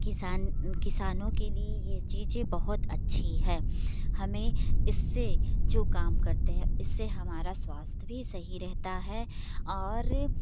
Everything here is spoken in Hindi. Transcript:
किसान किसानों के लिए ये चीज़ें बहुत अच्छी है हमें इससे जो काम करते हैं इससे हमारा स्वास्थ्य भी सही रहता है और